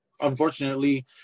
unfortunately